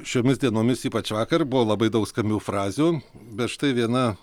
šiomis dienomis ypač vakar buvo labai daug skambių frazių bet štai viena